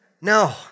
No